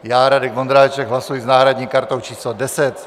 Já, Radek Vondráček, hlasuji s náhradní kartou číslo 10.